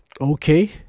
okay